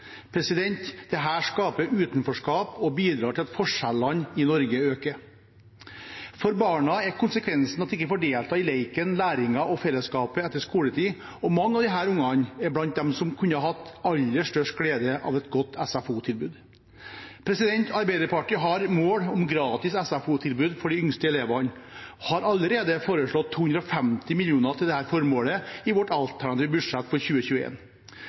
skaper utenforskap og bidrar til at forskjellene i Norge øker. For barna er konsekvensen at de ikke får delta i leken, læringen og fellesskapet etter skoletid, og mange av disse barna er blant dem som kunne hatt aller størst glede av et godt SFO-tilbud. Arbeiderpartiet har mål om gratis SFO-tilbud for de yngste elevene og har allerede foreslått 250 mill. kr til dette formålet i vårt alternative budsjett for